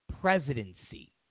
presidency